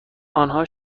آنها